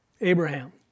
Abraham